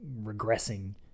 regressing